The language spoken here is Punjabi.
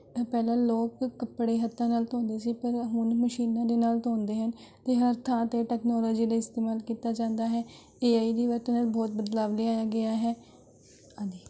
ਪਹਿਲਾਂ ਲੋਕ ਕੱਪੜੇ ਹੱਥਾਂ ਨਾਲ ਧੋਂਦੇ ਸੀ ਪਰ ਹੁਣ ਮਸ਼ੀਨਾਂ ਦੇ ਨਾਲ ਧੋਂਦੇ ਹਨ ਅਤੇ ਹਰ ਥਾਂ 'ਤੇ ਟੈਕਨੋਲੋਜੀ ਦਾ ਇਸਤੇਮਾਲ ਕੀਤਾ ਜਾਂਦਾ ਹੈ ਏ ਆਈ ਦੀ ਵਰਤੋਂ ਨਾਲ ਬਹੁਤ ਬਦਲਾਵ ਲਿਆਇਆ ਗਿਆ ਹੈ ਆਦਿ